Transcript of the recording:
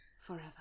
forever